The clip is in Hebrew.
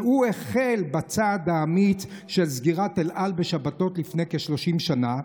שהחל בצעד האמיץ של סגירת אל על בשבתות לפני כ-30 שנה,